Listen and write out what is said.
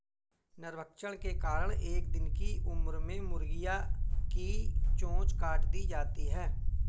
नरभक्षण के कारण एक दिन की उम्र में मुर्गियां की चोंच काट दी जाती हैं